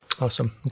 awesome